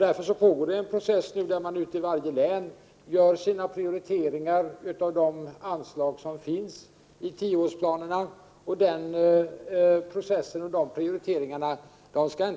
Därför pågår en process där varje län gör sina prioriteringar inom de anslag som finns i tioårsplanerna, och den processen och de prioriteringarna skall